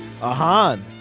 Ahan